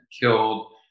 killed